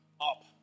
up